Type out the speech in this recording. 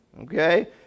Okay